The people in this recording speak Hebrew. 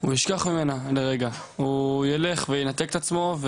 והוא ישכח ממנה לרגע, הוא ילך וינתק את עצמו,